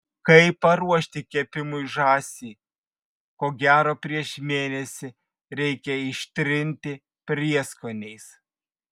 kaip paruošti kepimui žąsį ko gero prieš mėnesį reikia ištrinti prieskoniais